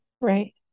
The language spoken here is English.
right